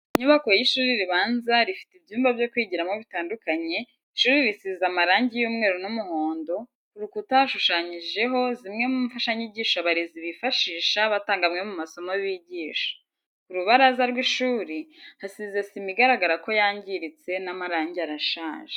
Inyubako y'ishuri ribanza rifite ibyumba byo kwigiramo bitandukanye, ishuri risize amarangi y'umweru n'umuhondo, ku rukuta hashushanyijeho zimwe mu mfashanyigisho abarezi bifashisha batanga amwe mu masomo bigisha. Ku rubaraza rw'ishuri hasize sima igaragara ko yangiritse n'amarangi arashaje.